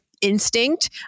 instinct